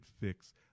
fix